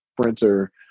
sprinter